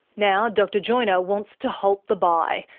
now dr joiner wants to halt the buy,